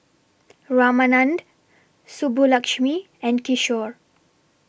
Ramanand Subbulakshmi and Kishore